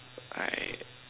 I